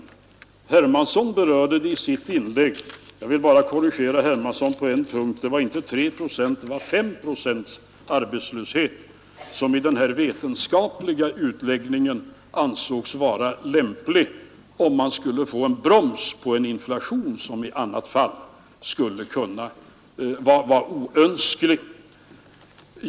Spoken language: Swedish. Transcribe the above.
Herr Hermansson berörde det i sitt inlägg. Jag vill bara korrigera herr Hermansson på en punkt. Det var inte tre utan fem procents arbetslöshet, som i denna vetenskapliga utläggning ansågs vara lämplig, om man skulle få en broms på en inflation, som i annat fall vore ofrånkomlig.